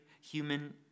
human